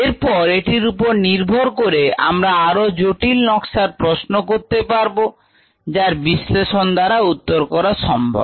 এরপর এটির উপর নির্ভর করে আমরা আরো জটিল নকশার প্রশ্ন করতে পারব যার বিশ্লেষনে উত্তর দেওয়া সম্ভব